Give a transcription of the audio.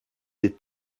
des